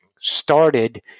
started